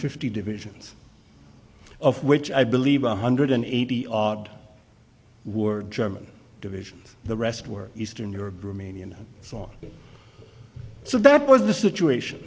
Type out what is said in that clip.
fifty divisions of which i believe one hundred eighty odd were german divisions the rest were eastern europe romanian song so that was the situation